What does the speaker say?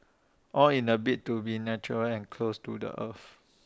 all in A bid to be natural and close to the earth